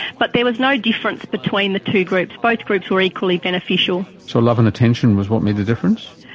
but there was no difference between the two groups, both groups were equally beneficial. so love and attention was what made the difference?